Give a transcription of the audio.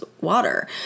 water